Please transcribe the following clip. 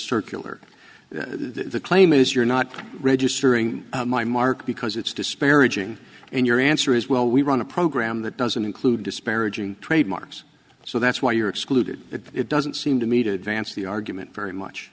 circular the claim is you're not registering my mark because it's disparaging and your answer is well we run a program that doesn't include disparaging trademarks so that's why you're excluded it doesn't seem to me to advance the argument very much